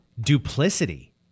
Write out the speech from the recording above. Duplicity